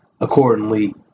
accordingly